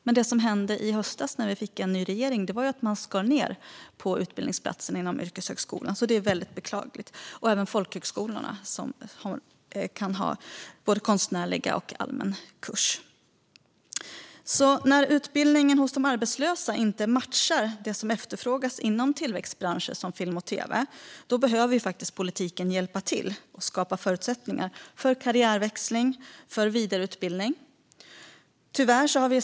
Men det som hände i höstas, när vi fick en ny regering, var ju att man skar ned på utbildningsplatserna inom yrkeshögskolan, vilket är väldigt beklagligt. Man skar även ned på folkhögskolorna, som kan ha både konstnärlig och allmän kurs. När utbildningen hos de arbetslösa inte matchar det som efterfrågas inom tillväxtbranscher som film och tv behöver politiken hjälpa till och skapa förutsättningar för karriärväxling och vidareutbildning.